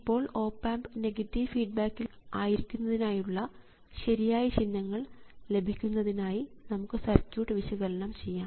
ഇപ്പോൾ op amp negative ഫീഡ്ബാക്കിൽ ആയിരിക്കുന്നതിനായുള്ള ശരിയായ ചിഹ്നങ്ങൾ ലഭിക്കുന്നതിനായി നമുക്ക് സർക്യൂട്ട് വിശകലനം ചെയ്യാം